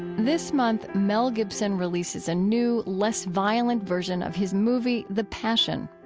this month mel gibson releases a new, less violent version of his movie, the passion.